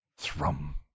THRUM